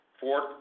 fourth